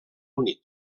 unit